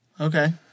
Okay